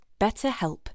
BetterHelp